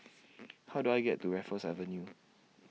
How Do I get to Raffles Avenue